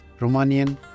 Romanian